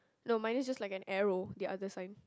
no mine is just like an arrow the other sign